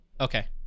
Okay